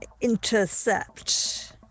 intercept